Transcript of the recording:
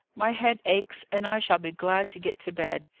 my head aches, and i shall be glad to get to bed.